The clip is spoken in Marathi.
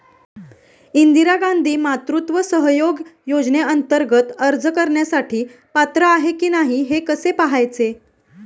इंदिरा गांधी मातृत्व सहयोग योजनेअंतर्गत अर्ज करण्यासाठी पात्र आहे की नाही हे कसे पाहायचे?